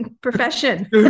profession